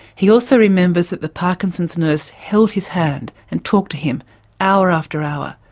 he also remembers that the parkinson's nurse held his hand and talked to him hour after hour.